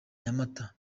nyamata